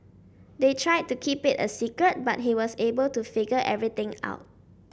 they tried to keep it a secret but he was able to figure everything out